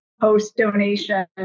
post-donation